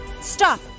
Stop